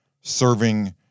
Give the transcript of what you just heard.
serving